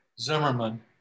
Zimmerman